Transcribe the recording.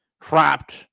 trapped